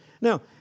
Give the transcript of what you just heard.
Now